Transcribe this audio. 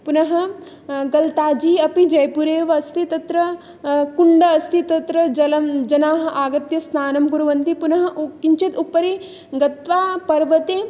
पुनः गल्ताजी अपि जयपुरे एव अस्ति तत्र कुण्डम् अस्ति तत्र जलं जनाः आगत्य स्नानं कुर्वन्ति पुनः उ किञ्चित् उपरि गत्वा पर्वते